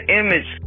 image